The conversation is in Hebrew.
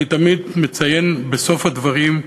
אני תמיד מציין בסוף הדברים,